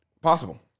Possible